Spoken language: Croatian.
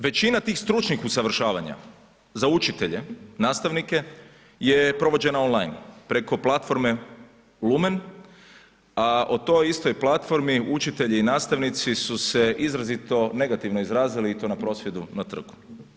Većina tih stručnih usavršavanja za učitelje, nastavnike je provođena online, preko platforme Lumen, a o toj istoj platformi učitelji i nastavnici su se izrazito negativno izrazili i to na prosvjedu na trgu.